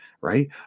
right